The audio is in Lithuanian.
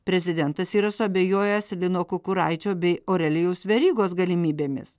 prezidentas yra suabejojęs lino kukuraičio bei aurelijaus verygos galimybėmis